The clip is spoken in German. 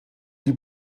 die